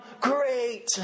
great